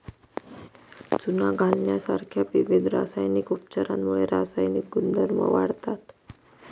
चुना घालण्यासारख्या विविध रासायनिक उपचारांमुळे रासायनिक गुणधर्म वाढतात